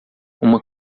uma